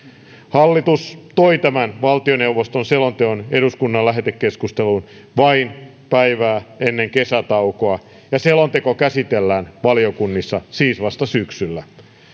hallitus toi tämän valtioneuvoston selonteon eduskunnan lähetekeskusteluun vain päivää ennen kesätaukoa ja selonteko käsitellään valiokunnissa siis vasta syksyllä